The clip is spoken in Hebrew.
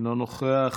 אינו נוכח.